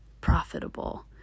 profitable